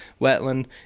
wetland